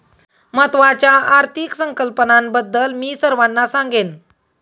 महत्त्वाच्या आर्थिक संकल्पनांबद्दल मी सर्वांना सांगेन